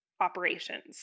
operations